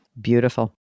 Beautiful